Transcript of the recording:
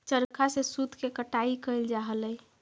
चरखा से सूत के कटाई कैइल जा हलई